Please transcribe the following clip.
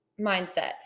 mindset